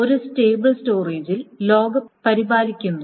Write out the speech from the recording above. ഒരു സ്റ്റേബിൾ സ്റ്റോറേജിൽ ലോഗ് പരിപാലിക്കുന്നു